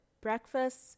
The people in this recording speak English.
breakfast